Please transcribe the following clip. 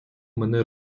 мене